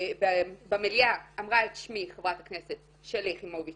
במליאה אמרה את שמי חברת הכנסת שלי יחימוביץ